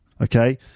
Okay